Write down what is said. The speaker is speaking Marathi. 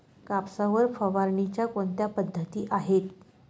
कापसावर फवारणीच्या कोणत्या पद्धती आहेत?